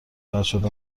فرشاد